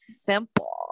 simple